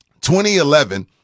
2011